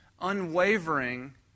unwavering